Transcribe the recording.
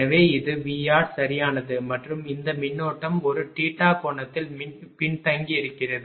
எனவே இது VR சரியானது மற்றும் இந்த மின்னோட்டம் ஒரு கோணத்தில் பின்தங்கியிருக்கிறது